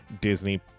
disney